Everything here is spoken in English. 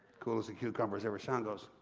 cool as a cucumber as ever, shawn goes,